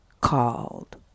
called